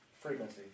frequency